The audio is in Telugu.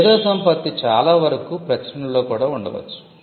మేధోసంపత్తి చాలావరకు ప్రచురణలలో కూడా ఉండవచ్చు